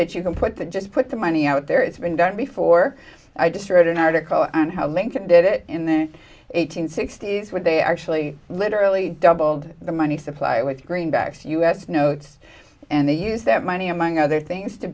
that you can put the just put the money out there it's been done before i just read an article on how lincoln did it in their eight hundred sixty s where they actually literally doubled the money supply with greenbacks us notes and they use that money among other things to